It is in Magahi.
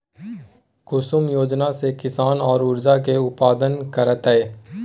कुसुम योजना से किसान सौर ऊर्जा के उत्पादन करतय